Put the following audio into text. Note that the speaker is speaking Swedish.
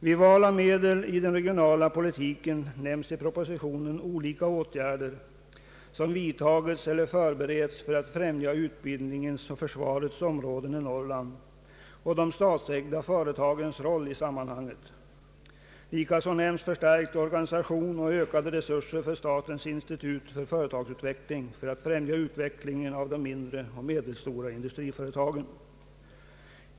Vid val av medel i den regionala poliktiken nämns i propositionen olika åtgärder, som vidtagits eller förbereds för att främja utbildningens och försvarets områden i Norrland och de statsägda företagens roll i sammanhanget. Likaså nämns förstärkt organisation och ökade resurser åt statens institut för företagsutveckling för att främja utvecklingen av de mindre och medelstora industriföretagen.